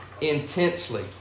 Intensely